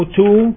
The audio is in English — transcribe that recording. two